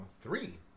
Three